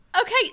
Okay